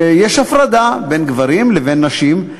יש הפרדה בין גברים לבין נשים.